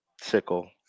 sickle